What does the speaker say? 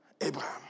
Abraham